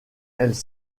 elles